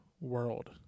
world